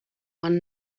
one